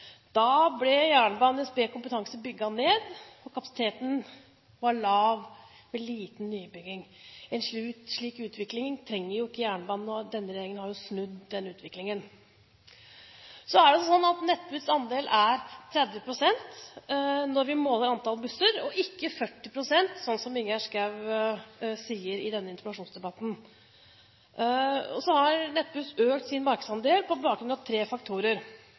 Da ble NSBs kompetanse bygd ned, og kapasiteten var lav, med liten nybygging. En slik utvikling trenger ikke jernbanen, og denne regjeringen har snudd den utviklingen. Så er det sånn at Nettbuss’ andel er 30 pst. når vi måler antall busser, og ikke 40 pst., slik Ingjerd Schou sier i denne interpellasjonsdebatten. Nettbuss har økt sin markedsandel på bakgrunn av tre faktorer: